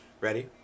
ready